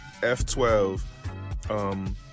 F12